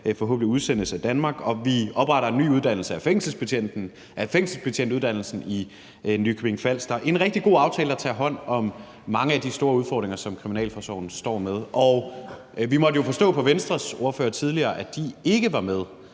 forhåbentlig skal udsendes af Danmark; vi opretter en ny uddannelse for fængselsbetjente, nemlig fængselsbetjentuddannelsen i Nykøbing Falster. Det er en rigtig god aftale, der tager hånd om mange af de store udfordringer, som kriminalforsorgen står med. Og vi måtte jo forstå på Venstres ordfører tidligere, at de ikke er med